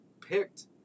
picked